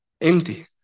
empty